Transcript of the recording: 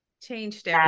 changed